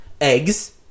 eggs